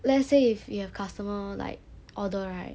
let's say if you have customer like order right